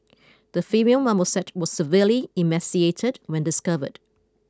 the female marmoset was severely emaciated when discovered